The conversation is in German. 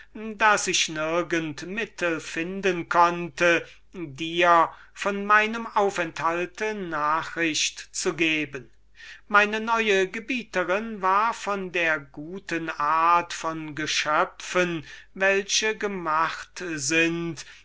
daß ich nirgend mittel finden konnte dir von meinem aufenthalt nachricht zu geben meine neue gebieterin war von der guten art von geschöpfen die gemacht sind